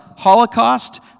Holocaust